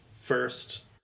first